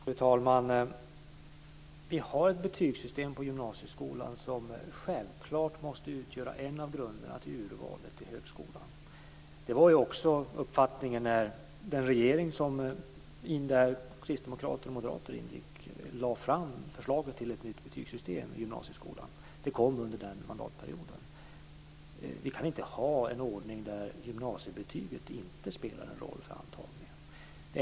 Fru talman! Vi har ett betygssystem på gymnasieskolan som självklart måste utgöra en av grunderna för urvalet till högskolan. Det var också uppfattningen när den regering som kristdemokrater och moderater ingick i lade fram förslaget till ett nytt betygssystem i gymnasieskolan. Det kom under den mandatperioden. Vi kan inte ha en ordning där gymnasiebetyget inte spelar en roll för antagningen.